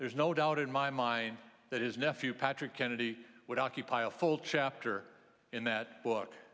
there's no doubt in my mind that is nephew patrick kennedy would occupy a full chapter in that book